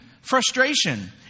frustration